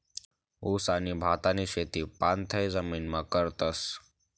ऊस आणि भातनी शेती पाणथय जमीनमा करतस